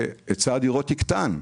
והיצע הדירות יקטן.